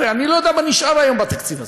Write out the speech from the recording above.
אני לא יודע מה נשאר היום בתקציב הזה.